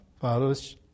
follows